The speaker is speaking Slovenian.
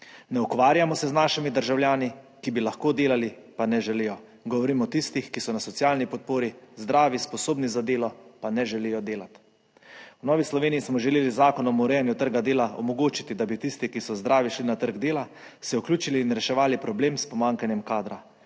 Ne ukvarjamo se z našimi državljani, ki bi lahko delali, pa ne želijo, govorim o tistih, ki so na socialni podpori, zdravi, sposobni za delo, pa ne želijo delati. V Novi Sloveniji smo želeli z Zakonom o urejanju trga dela omogočiti, da bi tisti, ki so zdravi, šli na trg dela, se vključili in reševali problem s pomanjkanjem kadra,